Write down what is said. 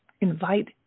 invite